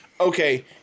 okay